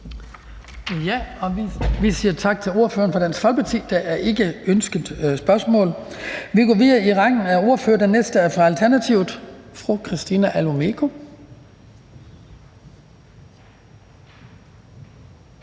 Vi siger tak til ordføreren fra Dansk Folkeparti. Der er ikke nogen spørgsmål. Vi går videre i rækken af ordførere, og den næste er fru Christina Olumeko